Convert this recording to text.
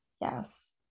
yes